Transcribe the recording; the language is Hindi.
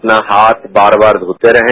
अपना हाथ बार बार घोते रहें